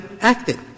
acted